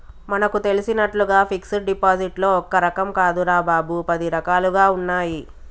మనకు తెలిసినట్లుగా ఫిక్సడ్ డిపాజిట్లో ఒక్క రకం కాదురా బాబూ, పది రకాలుగా ఉన్నాయి